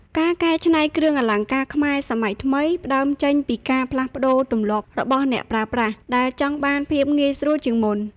ការកែច្នៃគ្រឿងអលង្ការខ្មែរសម័យថ្មី ផ្ដើមចេញពីការផ្លាស់ប្តូរទម្លាប់របស់អ្នកប្រើប្រាស់ ដែលចង់បានភាពងាយស្រួលជាងមុន។